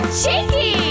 cheeky